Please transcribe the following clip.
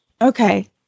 Okay